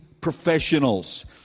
professionals